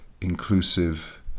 inclusive